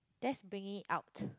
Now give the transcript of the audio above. that's bring it out